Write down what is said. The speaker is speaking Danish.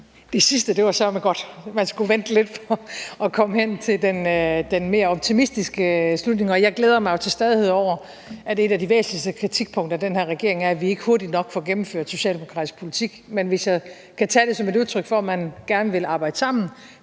Det sidste var sørme godt. Man skulle vente lidt på at komme hen til den mere optimistiske slutning, og jeg glæder mig jo til stadighed over, at et af de væsentligste kritikpunkter af den her regering er, at vi ikke hurtigt nok får gennemført socialdemokratisk politik. Men hvis jeg kan tage det som et udtryk for, at man gerne vil arbejde sammen